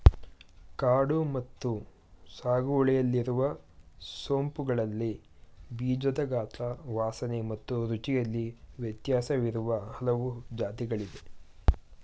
ಕಾಡು ಮತ್ತು ಸಾಗುವಳಿಯಲ್ಲಿರುವ ಸೋಂಪುಗಳಲ್ಲಿ ಬೀಜದ ಗಾತ್ರ ವಾಸನೆ ಮತ್ತು ರುಚಿಯಲ್ಲಿ ವ್ಯತ್ಯಾಸವಿರುವ ಹಲವು ಜಾತಿಗಳಿದೆ